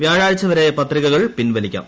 വ്യാഴാഴ്ച വരെ പത്രികകൾ പിൻവലിക്കാം